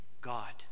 God